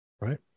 Right